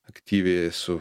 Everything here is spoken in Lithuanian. aktyviai su